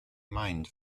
mind